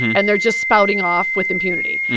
and they're just spouting off with impunity.